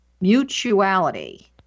mutuality